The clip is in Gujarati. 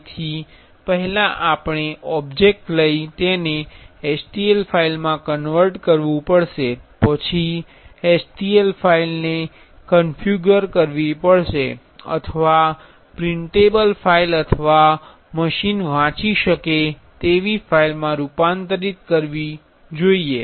તેથી પહેલા આપણે ઓબ્જેક્ટ લઈ તેને STL ફાઇલમાં કન્વર્ટ કરવું પડશે પછી STL ફાઇલને ક્ન્ફિગર કરવી જોઈએ અથવા 3D પ્રિન્ટેબલ ફાઇલ અથવા મશીન વાંચી શકે તેવી ફાઇલમાં રૂપાંતરિત કરવી જોઈએ